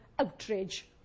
Outrage